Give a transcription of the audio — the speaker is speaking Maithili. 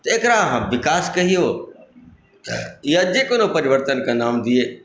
एकरा अहाँ विकास कहियो या जे कोनो परिवर्तनक नाम दीअ